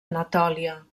anatòlia